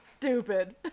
stupid